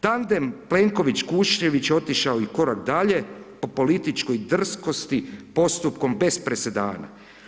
Tandem Plenković Kuščević otišao je i korak dalje po političkoj drskosti postupkom bez presedana.